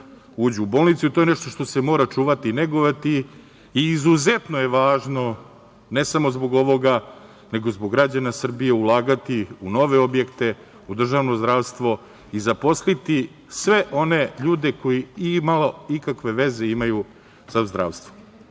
uđu u bolnicu i to je nešto što se mora čuvati i negovati i izuzetno je važno ne samo zbog ovoga, nego zbog građana Srbije, ulagati u nove objekte, u državno zdravstvo i zaposliti, sve one ljude koje je imalo ikakve veze imaju sa zdravstvom. Srbija